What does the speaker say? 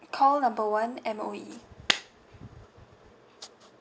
call number one M_O_E